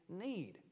need